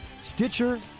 Stitcher